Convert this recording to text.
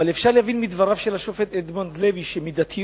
אבל אפשר להבין מדבריו של השופט אדמונד לוי שמידתיות